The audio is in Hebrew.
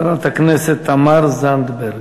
ואחריו, חברת הכנסת תמר זנדברג.